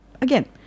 again